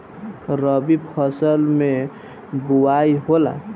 रबी फसल मे बोआई होला?